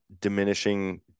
diminishing